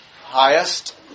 highest